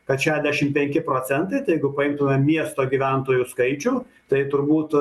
kad šešdešimt penki procentai tai jeigu paimtume miesto gyventojų skaičių tai turbūt